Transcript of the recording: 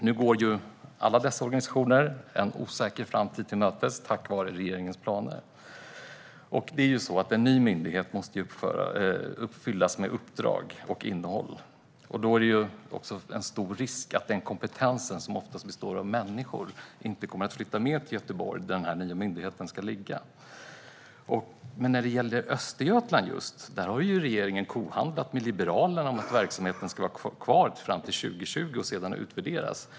Nu går alla dessa organisationer en osäker framtid till mötes på grund av regeringens planer. En ny myndighet måste fyllas med uppdrag och innehåll. Då finns en stor risk att den kompetens, som oftast består av människor, inte kommer att flytta till Göteborg där den nya myndigheten ska ligga. När det gäller Östergötland har regeringen kohandlat med Liberalerna om att verksamheten ska vara kvar fram till 2020 och sedan utvärderas.